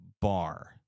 bar